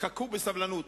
חכו בסבלנות,